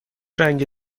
رنگ